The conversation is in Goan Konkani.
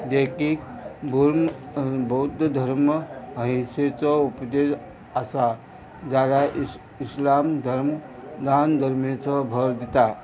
देखीक बूम बौद्ध धर्म हयशेचो उपदेज आसा जाल्यार इस इस्लाम धर्म जान धर्मेचो भर दिता